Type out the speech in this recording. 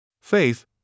Faith